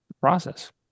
process